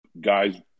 guys